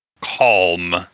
Calm